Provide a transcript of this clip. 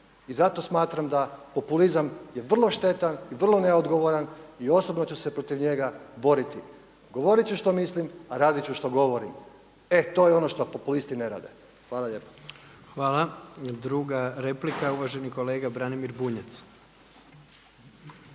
I zato smatram da populizam je vrlo štetan i vrlo neodgovoran i osobno ću se protiv njega boriti. Govorit ću što mislim, a radit ću što govorim. E, to je ono što populisti ne rade. Hvala lijepo. **Jandroković, Gordan (HDZ)** Hvala. Druga replika uvaženi kolega Branimir Bunjac.